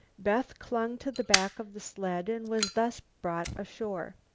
beth clung to the back of the sled and was thus brought ashore.